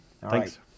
Thanks